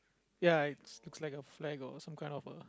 ya it looks like a flag or some kind of a